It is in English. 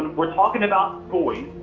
we're talking about boys,